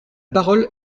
parole